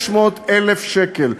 600,000 שקל.